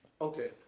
Okay